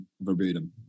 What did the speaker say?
verbatim